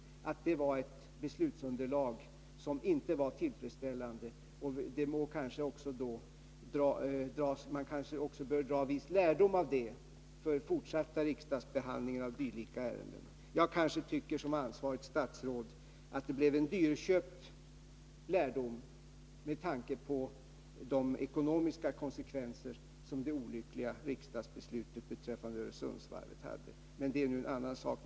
Detta beslutsunderlag var inte tillfredsställande. Man kanske bör dra viss lärdom av det för den fortsatta riksdagsbehandlingen av dylika ärenden. Som ansvarigt statsråd tycker jag att det blev en dyrköpt lärdom med tanke på de ekonomiska konsekvenser som det olyckliga riksdagsbeslutet beträffande Öresundsvarvet hade. Men detta är en annan sak.